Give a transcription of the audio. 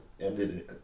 ended